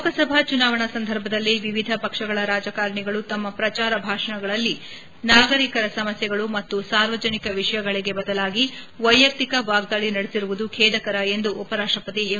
ಲೋಕಸಭಾ ಚುನಾವಣಾ ಸಂದರ್ಭದಲ್ಲಿ ವಿವಿಧ ಪಕ್ಷಗಳ ರಾಜಕಾರಣಿಗಳು ತಮ್ಮ ಪ್ರಚಾರ ಭಾಷಣಗಳಲ್ಲಿ ನಾಗರಿಕರ ಸಮಸ್ಥೆಗಳು ಮತ್ತು ಸಾರ್ವಜನಿಕ ವಿಷಯಗಳಿಗೆ ಬದಲಾಗಿ ವೈಯಕ್ತಿಕ ವಾಗ್ದಾಳಿ ನಡೆಸಿರುವುದು ಖೇದಕರ ಎಂದು ಉಪರಾಷ್ಷಪತಿ ಎಂ